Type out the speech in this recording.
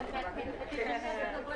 ונתחדשה בשעה